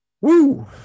Woo